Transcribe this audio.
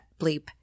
bleep